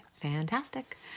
Fantastic